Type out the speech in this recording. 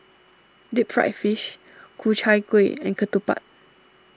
Deep Fried Fish Ku Chai Kueh and Ketupat